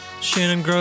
Shannon